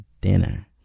dinner